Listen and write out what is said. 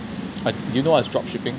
I you know what is drop shipping